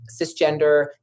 cisgender